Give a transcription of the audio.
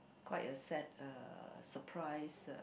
quite a sad uh surprise uh